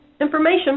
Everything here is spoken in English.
information